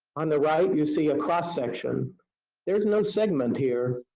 on the right you see a cross-section there's no segment here.